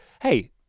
hey